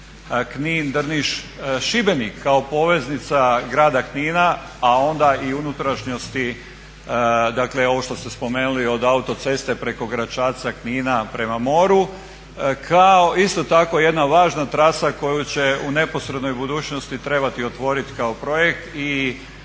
Knin-Drniš-Šibenik kao poveznica grada Knina a onda i unutrašnjosti dakle ovo što ste spomenuli od autoceste preko Gračaca, Knina prema moru kao isto tako jedna važna trasa koju će u neposrednoj budućnosti trebati otvoriti kao projekt i